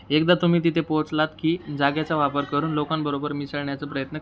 एकदा तुम्ही तिथे पोहोचलात की जागेचा वापर करून लोकांबरोबर मिसळण्याचा प्रयत्न करा